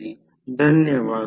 तर हे N2 60 आहे